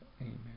Amen